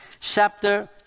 chapter